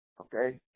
Okay